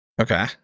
Okay